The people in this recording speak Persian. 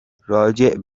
راجع